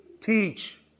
Teach